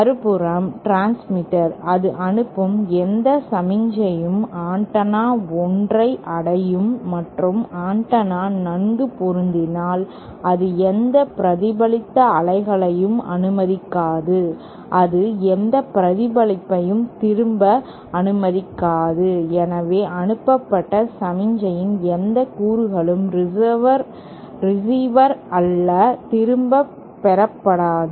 மறுபுறம் டிரான்ஸ்மிட்டர் அது அனுப்பும் எந்த சமிக்ஞையும் ஆண்டெனா 1 ஐ அடையும் மற்றும் ஆண்டெனா நன்கு பொருந்தினால் அது எந்த பிரதிபலித்த அலைகளையும் அனுமதிக்காது அது எந்த பிரதிபலிப்பையும் திரும்ப அனுமதிக்காது எனவே அனுப்பப்பட்ட சமிக்ஞையின் எந்த கூறுகளும் ரிசிவர் ஆல் திரும்பப் பெறப்படாது